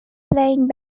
playing